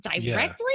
directly